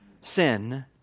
sin